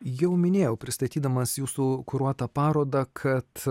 jau minėjau pristatydamas jūsų kuruotą parodą kad